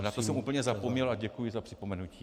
Na to jsem úplně zapomněl a děkuji za připomenutí.